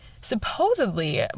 Supposedly